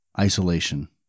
isolation